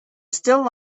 still